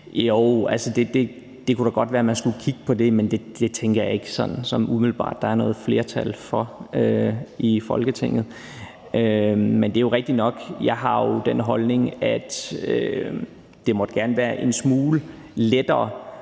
jo, det kunne da godt være, man skulle kigge på det, men det tænker jeg ikke sådan umiddelbart der er noget flertal for i Folketinget. Men det er jo rigtigt nok. Jeg har jo den holdning, at det gerne måtte være en smule lettere